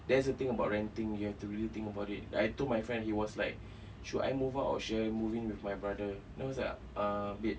that's the thing about renting you have to really think about it like I told my friend he was like should I move out or should I move in with my brother then I was like uh